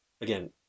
again